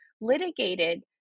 litigated